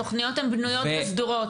התוכניות הן בנויות וגדורות.